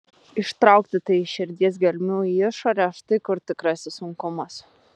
ištraukti tai iš širdies gelmių į išorę štai kur tikrasis sunkumas